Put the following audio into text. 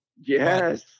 Yes